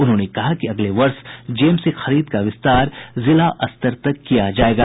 उन्होंने कहा कि अगले वर्ष जेम से खरीद का विस्तार जिला स्तर तक किया जायेगा